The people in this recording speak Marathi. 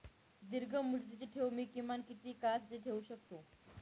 दीर्घमुदतीचे ठेव मी किमान किती काळासाठी ठेवू शकतो?